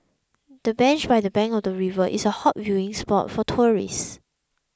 the bench by the bank of the river is a hot viewing spot for tourists